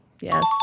Yes